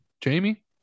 Jamie